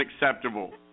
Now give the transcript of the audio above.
unacceptable